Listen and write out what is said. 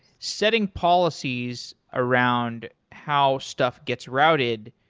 setting policies around how stuff gets routed,